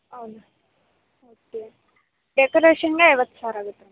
ಹೌದು ಓಕೆ ಡೆಕೋರೇಷನ್ಗೆ ಐವತ್ತು ಸಾವಿರ ಆಗುತ್ತೆ